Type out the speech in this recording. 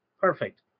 perfect